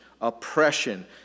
oppression